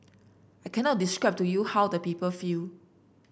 I cannot describe to you how the people feel